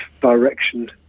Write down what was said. direction